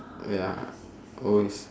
ya always